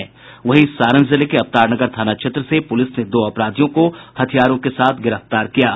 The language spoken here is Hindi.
सारण जिले के अवतारनगर थाना क्षेत्र से पुलिस ने दो अपराधियों को हथियारों के साथ गिरफ्तार किया है